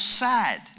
sad